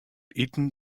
iten